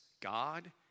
God